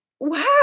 wow